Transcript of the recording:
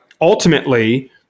ultimately